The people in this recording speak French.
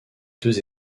deux